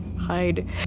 Hide